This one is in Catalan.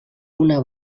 una